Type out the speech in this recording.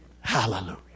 hallelujah